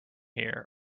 here